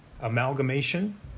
amalgamation